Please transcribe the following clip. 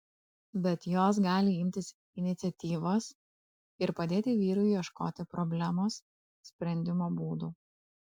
bet jos gali imtis iniciatyvos ir padėti vyrui ieškoti problemos sprendimo būdų